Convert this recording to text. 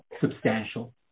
substantial